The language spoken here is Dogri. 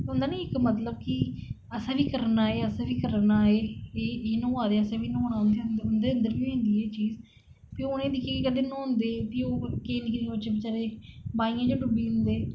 होंदा नेईं इक मतलब कि असें बी करना ऐ असें बी करना ऐ एह् न दे असें बी न्हौना उंदे अंदर बी होंदी एह् चीज फ्ही उने्गीं गी दिक्खियै केह् करदे न्हौंदे केंई केंई बच्चे बचारे बाहियैं च गै डुब्बी जंदे